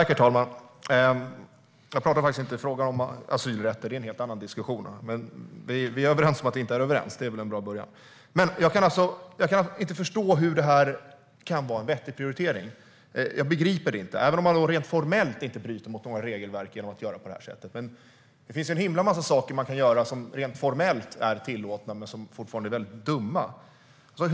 Herr talman! Jag pratar inte om asylrätten; det är en helt annan diskussion. Vi är överens om att vi inte är överens, och det är väl en bra början. Jag kan inte förstå hur det här kan vara en vettig prioritering även om man rent formellt inte bryter mot några regelverk genom att göra på det här sättet. Det finns en himla massa saker man kan göra som rent formellt är tillåtna men som fortfarande är väldigt dumma att göra.